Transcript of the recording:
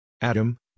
Adam